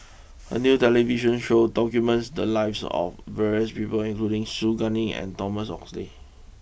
a new television show documents the lives of various people including Su Guaning and Thomas Oxley